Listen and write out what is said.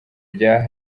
bya